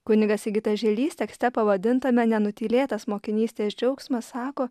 kunigas sigitas žalys tekste pavadintame nenutylėtas mokinystės džiaugsmas sako